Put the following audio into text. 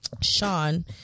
Sean